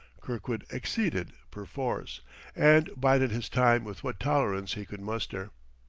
kirkwood acceded, perforce and bided his time with what tolerance he could muster.